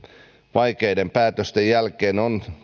vaikeiden päätösten jälkeen on